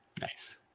nice